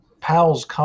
Powell's